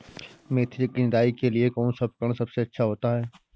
मेथी की निदाई के लिए कौन सा उपकरण सबसे अच्छा होता है?